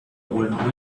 when